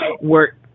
work